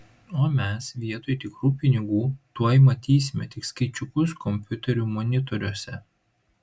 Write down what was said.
o mes vietoj tikrų pinigų tuoj matysime tik skaičiukus kompiuterių monitoriuose